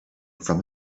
from